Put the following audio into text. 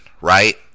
right